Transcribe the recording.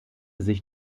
sich